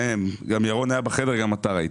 גם ירון היה בחדר וגם אתה היית.